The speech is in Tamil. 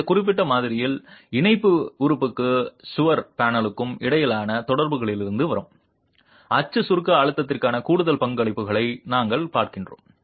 இந்த குறிப்பிட்ட மாதிரியில் இணைப்பு உறுப்புக்கும் சுவர் பேனலுக்கும் இடையிலான தொடர்புகளிலிருந்து வரும் அச்சு சுருக்க அழுத்தத்திற்கான கூடுதல் பங்களிப்புகளை நாங்கள் பார்க்கிறோம்